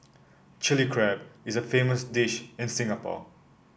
Chilli Crab is a famous dish in Singapore